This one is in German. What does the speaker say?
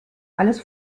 alles